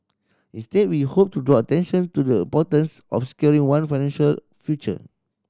instead we hoped to draw attention to the importance of securing one financial future